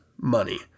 money